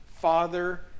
Father